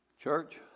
Church